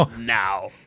Now